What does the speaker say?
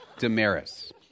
Damaris